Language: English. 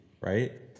right